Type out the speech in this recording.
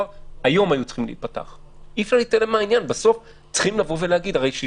אבל אמרתי בשלב הראשון שהרבה מהדברים